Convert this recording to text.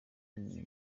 neza